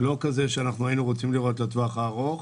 לא כזה שאנחנו היינו רוצים לראות לטווח הארוך,